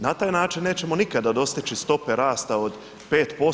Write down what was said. Na taj način nećemo nikada dostići stope rasta od 5%